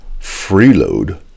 freeload